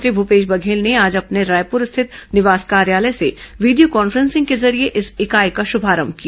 मुख्यमंत्री भूपेश बघेल ने आज अपने रायपुर स्थित निवास कार्यालय से वीडियो कॉन्फ्रेंसिंग के जरिए इस इकाई का शुभारंभ किया